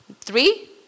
Three